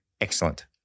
excellent